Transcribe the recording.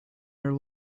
your